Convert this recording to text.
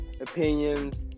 opinions